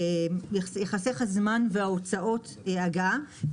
ייחסכו זמן הוצאות הגעה,